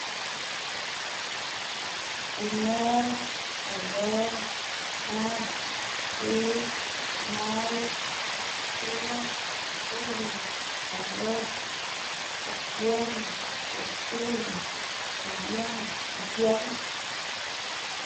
ener febrer mars bril may jun juli agoxt septiembre oktubr nobiembre disiembr